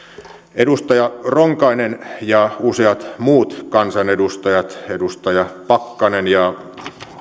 edustaja ronkainen ja useat muut kansanedustajat edustaja pakkanen ja